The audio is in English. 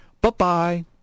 Bye-bye